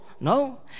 No